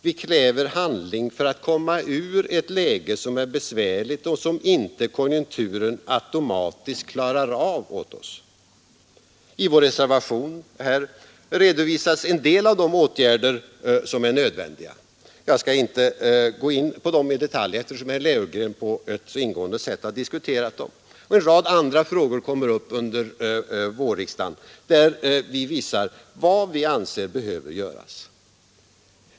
Vi kräver handling för att komma ur ett läge som är besvärligt och som inte konjunkturen automatiskt klarar av åt oss. I vår reservation redovisas en del av de åtgärder som är nödvändiga. Jag skall inte gå in på dem i detalj, eftersom herr Löfgren så ingående har diskuterat dem. En rad andra åtgärder kommer upp under vårriksdagen, och vi visar i dessa sammanhang vad som enligt vår mening behöver göras.